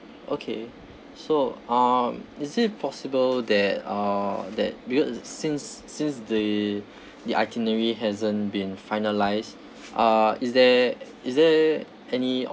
okay so um is it possible that uh that because since since the the itinerary hasn't been finalised uh is there is there any